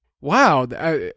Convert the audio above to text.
Wow